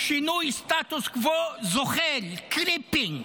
שינוי סטטוס קוו זוחל, creeping,